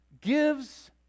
gives